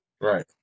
right